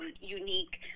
unique